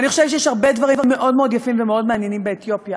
אני חושבת שיש הרבה דברים מאוד מאוד יפים ומאוד מעניינים באתיופיה,